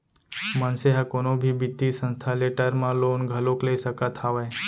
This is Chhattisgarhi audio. मनसे ह कोनो भी बित्तीय संस्था ले टर्म लोन घलोक ले सकत हावय